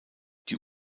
die